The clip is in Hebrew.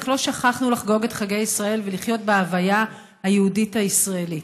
אך לא שכחנו לחגוג את חגי ישראל ולחיות בהוויה היהודית והישראלית.